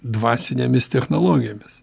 dvasinėmis technologijomis